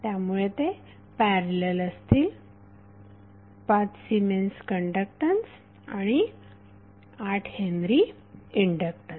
त्यामुळे ते पॅरलल असतील 5 सिमेंस कण्डक्टन्स आणि 8 हेन्री इंडक्टन्स